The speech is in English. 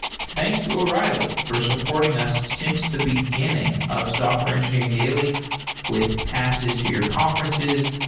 thanks to o'reilly for supporting us since the beginning of software engineering daily with passes to your conferences,